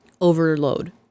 overload